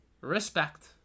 Respect